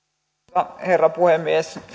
arvoisa herra puhemies